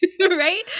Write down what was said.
right